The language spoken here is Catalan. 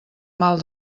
mal